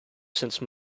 since